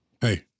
hey